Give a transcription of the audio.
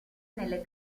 nelle